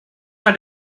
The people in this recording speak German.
eine